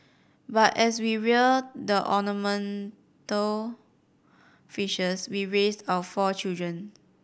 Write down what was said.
but as we rear the ornamental fishes we raised our four children